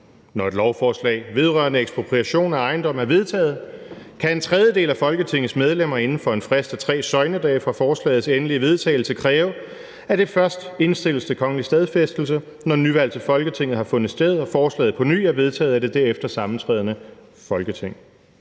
Når et lovforslag vedrørende ekspropriation af ejendom er vedtaget, kan en tredjedel af Folketingets medlemmer inden for en frist af tre søgnedage fra forslagets endelige vedtagelse kræve, at det først indstilles til kongelig stadfæstelse, når nyvalg til Folketinget har fundet sted, og forslaget på ny er vedtaget af det derefter sammentrædende Folketing.